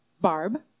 Barb